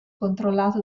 controllato